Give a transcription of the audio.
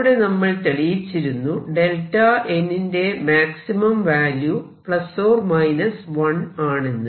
അവിടെ നമ്മൾ തെളിയിച്ചിരുന്നു Δn ന്റെ മാക്സിമം വാല്യൂ 1 ആണെന്ന്